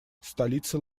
столица